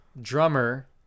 drummer